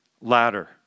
ladder